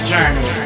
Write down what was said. Journey